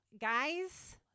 guys